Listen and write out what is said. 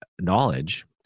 knowledge